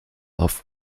auf